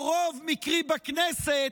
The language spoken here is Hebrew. או רוב מקרי בכנסת,